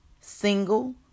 single